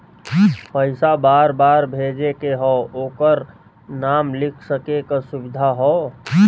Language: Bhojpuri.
पइसा बार बार भेजे के हौ ओकर नाम लिख सके क सुविधा हौ